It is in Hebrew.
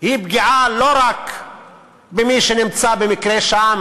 היא פגיעה לא רק במי שבמקרה נמצא שם,